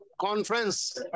Conference